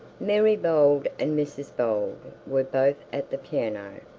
mary bold and mrs bold were both at the piano,